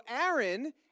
Aaron